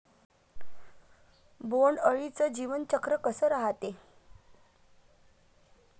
बोंड अळीचं जीवनचक्र कस रायते?